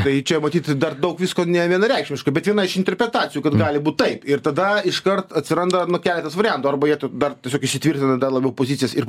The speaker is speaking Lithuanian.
tai čia matyt dar daug visko nevienareikšmiška bet viena iš interpretacijų kad gali būt taip ir tada iškart atsiranda nu keletas variantų arba jie dar tiesiog įsitvirtina dar labiau pozicijas ir